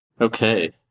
Okay